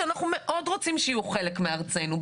שאנחנו מאוד רוצים שיהיו חלק מארצנו,